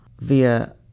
via